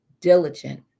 diligent